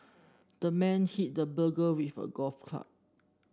the man hit the burglar with a golf club